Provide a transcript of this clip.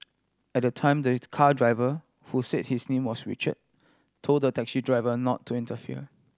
at the time there is car driver who said his name was Richard told the taxi driver not to interfere